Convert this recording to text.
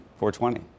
420